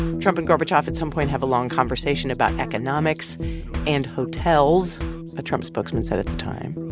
trump and gorbachev at some point have a long conversation about economics and hotels a trump spokesman said at the time.